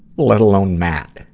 let alone matt!